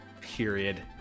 period